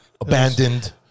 abandoned